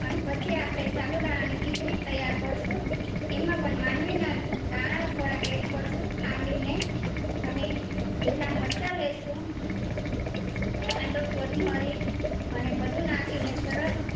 અને પછી આપણે સાબુદાણાની ખિચડી તૈયાર કરીશું એમાં પણ માંડવીના દાણા થોડાક એડ કરીશું ખાંડીને અને લીલા મરચાં લઈશું કાંદા કોથમરી અને બધું નાંખીને સરળ